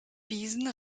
wiesen